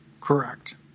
Correct